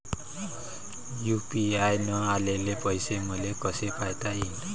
UPI न आलेले पैसे मले कसे पायता येईन?